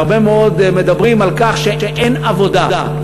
והרבה מאוד מדברים על כך שאין עבודה.